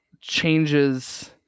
changes